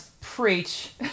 Preach